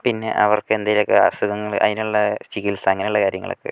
പിന്നെ അവർക്ക് എന്തെങ്കിലുമൊക്കെ അസുഖങ്ങൾ അതിനുള്ള ചികിത്സ അങ്ങനെയുള്ള കാര്യങ്ങളൊക്കെ